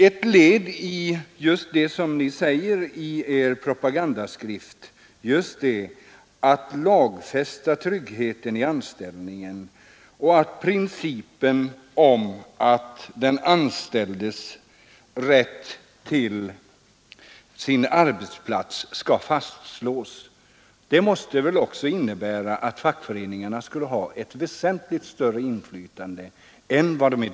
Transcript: Ett led just i det som ni säger i er propagandaskrift — att man skall lagfästa tryggheten i anställningen och fastslå principen om den anställdes rätt till sin arbetsplats — måste väl också vara att fackföreningarna skall ha ett avgörande inflytande.